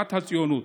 בהגשמת הציונות,